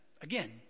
Again